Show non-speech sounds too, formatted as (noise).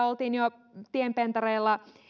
(unintelligible) oltiin jo tienpientareella